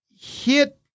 Hit